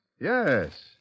yes